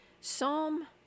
Psalm